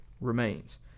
remains